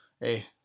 hey